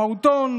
לפעוטון,